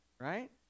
Right